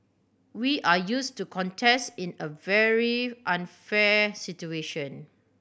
we are used to contest in a very unfair situation